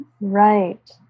Right